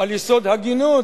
על יסוד הגינות,